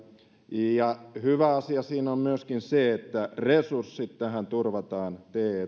ja hyvä asia siinä on myöskin se että te toimistojen resurssit tähän turvataan